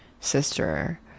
sister